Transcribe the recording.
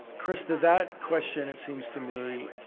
krista, that question, it seems to me,